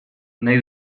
nahi